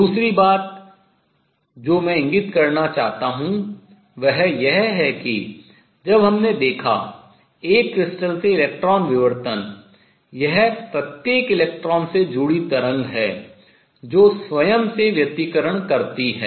दूसरी बात जो मैं इंगित करना चाहता हूँ वह यह है कि जब हमने देखा एक क्रिस्टल से इलेक्ट्रॉन विवर्तन यह प्रत्येक इलेक्ट्रॉन से जुड़ी तरंग है जो स्वयं से व्यतिकरण करती है